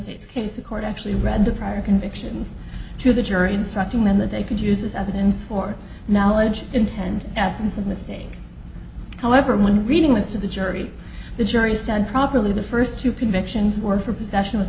state's case the court actually read the prior convictions to the jury instructing them that they could use this evidence for knowledge intended absence of mistake however when reading was to the jury the jury said properly the first two convictions were for possession w